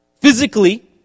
physically